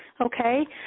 okay